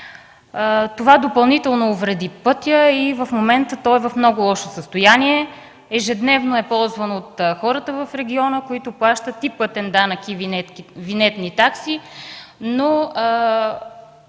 Това допълнително увреди пътя и в момента той е в много лошо състояние. Ежедневно е ползван от хората в региона, които плащат пътен данък и винетни такси, но